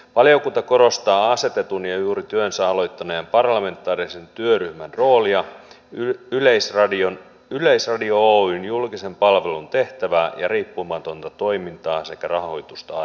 valiokunta korostaa asetetun ja juuri työnsä aloittaneen parlamentaarisen työryhmän roolia yleisradio oyn julkisen palvelun tehtävää ja riippumatonta toimintaa sekä rahoitusta arvioitaessa